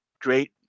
Great